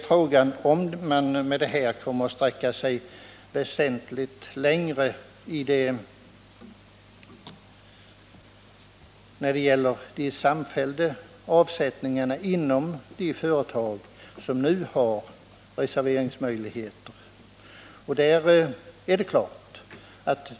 Frågan är om man kommer att sträcka sig väsentligt längre när det gäller de samfällda avsättningarna inom de företag som nu har reserveringsmöjligheter.